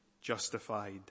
justified